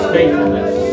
Faithfulness